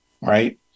Right